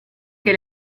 que